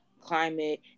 climate